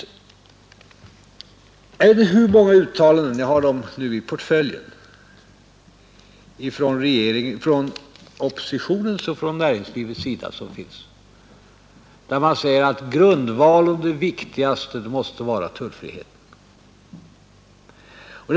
Jag vet inte i hur många uttalanden — jag har dem i portföljen — från oppositionens och näringslivets sida man sagt, att grundvalen och det viktigaste måste vara tullfriheten.